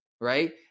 right